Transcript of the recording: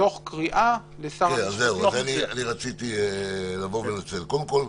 תוך קריאה לשר המשפטים --- קודם כול,